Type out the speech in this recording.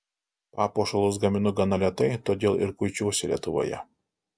papuošalus gaminu gana lėtai todėl ir kuičiuosi lietuvoje